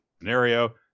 scenario